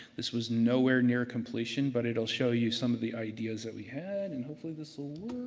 this was nowhere near completion, but it'll show you some of the ideas that we had, and hopefully this will